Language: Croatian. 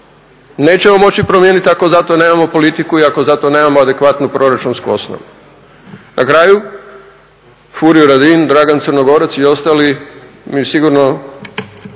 Nećemo moći promijenit ako za to nemamo politiku i ako zato nemamo adekvatnu proračunsku osnovu. Na kraju, Furio Radin, Dragan Crnogorac i ostali bi mi sigurno